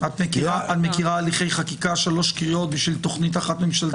את מכירה הליכי חקיקה שלוש קריאות בשביל תוכנית אחת ממשלתית?